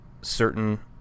certain